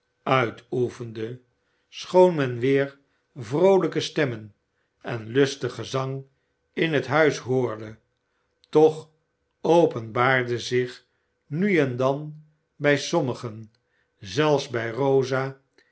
uitoefende schoon men weer vroolijke stemmen en lustig gezang in het huis hoorde toch openbaarde zich nu en dan bij sommigen zelfs bij rosa